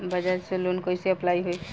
बज़ाज़ से लोन कइसे अप्लाई होई?